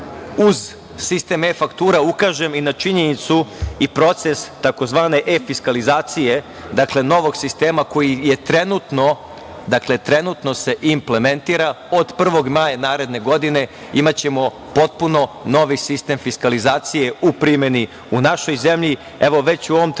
uz sistem e-faktura ukažem i na činjenicu i proces tzv. e-fiskalizacije, novog sistema koji se trenutno implementira i od 1. maja naredne godine imaćemo potpuno novi sistem fiskalizacije u primeni u našoj zemlji. Evo, već u ovom trenutku